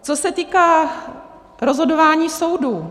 Co se týká rozhodování soudů.